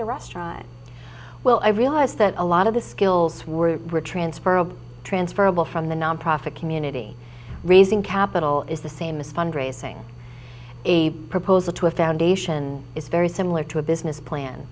their restaurant well i realized that a lot of the skills were transferable transferable from the nonprofit community raising capital is the same as fundraising a proposal to a foundation is very similar to a business plan